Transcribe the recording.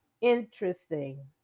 Interesting